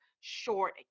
short